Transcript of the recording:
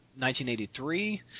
1983